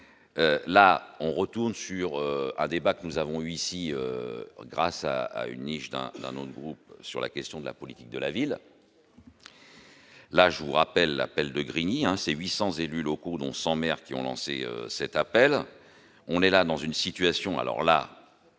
là, on retourne sur un débat que nous avons ici, grâce à une niche d'un d'un autre groupe sur la question de la politique de la ville. Là, je vous rappelle l'appel de Grigny ainsi 800 élus locaux dont 100 maires qui ont lancé cet appel : on est là dans une situation, alors là,